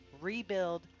rebuild